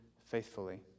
faithfully